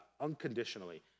unconditionally